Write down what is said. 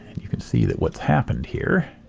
you can see that what's happened here